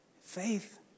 faith